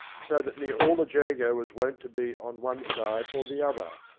so that near all the jago was wont to be on one side or the other,